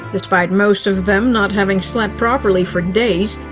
despite most of them not having slept properly for days,